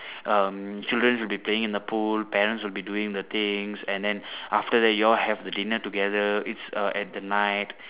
um children will be playing the pool parents will be doing the things and then after that you all have the dinner together it's uh at the night